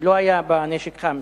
שלא היה בה נשק חם,